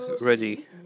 ready